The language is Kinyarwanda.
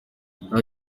nta